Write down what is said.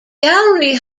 gallery